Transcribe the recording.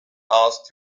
asked